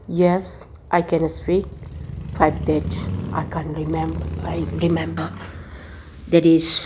yes I can speak five dates I can remember date is